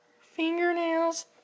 Fingernails